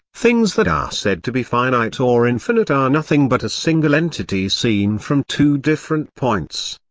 things that are said to be finite or infinite are nothing but a single entity seen from two different points.